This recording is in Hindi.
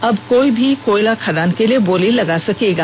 अब कोई भी कोयला खादान के लिए बोली लगा सकेगा